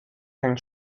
hängt